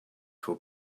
for